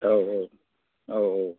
औ औ औ औ